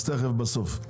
בסוף.